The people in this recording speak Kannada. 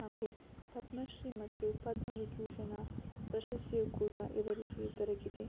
ಹಾಗೂ ಪದ್ಮಶ್ರೀ ಮತ್ತು ಪದ್ಮವಿಭೂಷಣ ಪ್ರಶಸ್ತಿಯೂ ಕೂಡ ಇವರಿಗೆ ದೊರಕಿದೆ